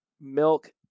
milk